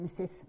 Mrs